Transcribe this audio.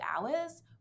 hours